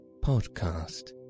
podcast